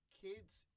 kids